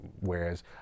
Whereas